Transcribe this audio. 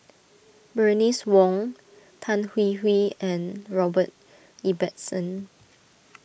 Bernice Wong Tan Hwee Hwee and Robert Ibbetson